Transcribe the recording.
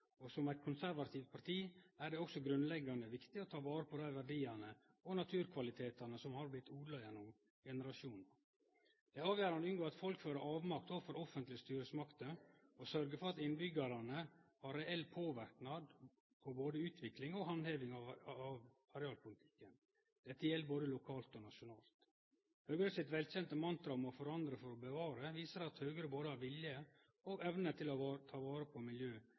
og for eit konservativt parti er det også grunnleggjande viktig å ta vare på dei verdiane og naturkvalitetane som har vorte odla gjennom generasjonar. Det er avgjerande å unngå at folk føler avmakt overfor offentlege styresmakter og å sørgje for at innbyggjarane har reell påverknad på både utviklinga og handhevinga av arealpolitikken. Dette gjeld både lokalt og nasjonalt. Høgre sitt velkjente mantra om å forandre for å bevare viser at Høgre har både vilje og evne til å ta vare på